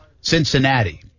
Cincinnati